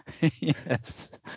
Yes